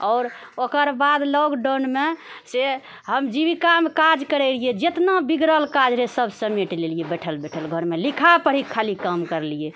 आओर ओकर बाद लॉकडाउनमेसँ हम जीविकामे काज करैत रहिऐ जितना बिगड़ल काज रहए सभ समेट लेलिऐ बैठल बैठल घरमे लिखा पढ़िके खालि काम करलिऐ